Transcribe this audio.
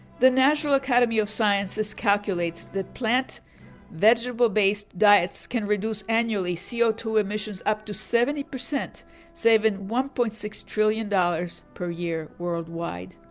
the national academy of sciences calculates that plant vegetable based diets can reduce annually c o two emissions up to seventy, saving one point six trillion dollars per year, worldwide.